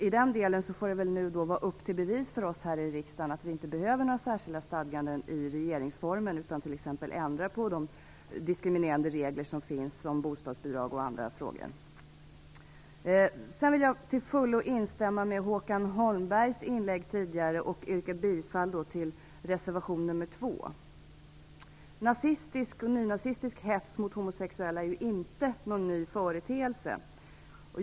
I den här frågan får det vara upp till oss i riksdagen att bevisa att vi inte behöver några särskilda stadganden i regeringsformen, utan att vi t.ex. kan ändra på diskriminerande regler om bostadsbidrag och annat. Jag vill till fullo instämma i Håkan Holmbergs inlägg och yrka bifall till reservation nr 2. Nazistisk och nynazistisk hets mot homosexuella är inte någon ny företeelse.